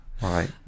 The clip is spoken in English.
Right